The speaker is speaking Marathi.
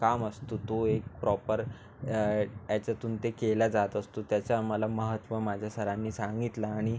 काम असतो तो एक प्रॉपर याच्यातून ते केल्या जात असतो त्याचा मला महत्त्व माझ्या सरांनी सांगितला आणि